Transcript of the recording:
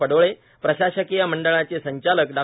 पडोळे प्रशासकीय मंडळाचे संचालक डॉ